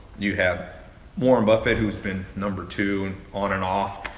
you have warren buffet, who's been number two on and off.